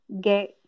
get